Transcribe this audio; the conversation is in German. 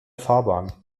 fahrbahn